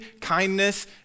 kindness